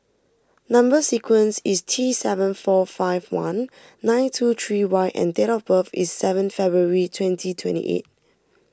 Number Sequence is T seven four five one nine two three Y and date of birth is seven February twenty twenty eight